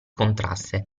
contrasse